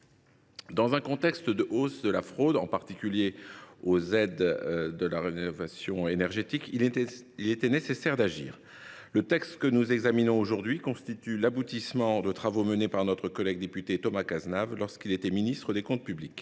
Dans un contexte de hausse de la fraude, en particulier aux aides à la rénovation énergétique, il était nécessaire d’agir. Le texte que nous examinons aujourd’hui constitue l’aboutissement de travaux menés par notre collègue député Thomas Cazenave lorsqu’il était ministre des comptes publics.